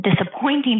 disappointing